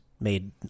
made